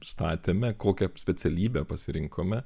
statėme kokią specialybę pasirinkome